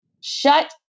Shut